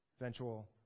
eventual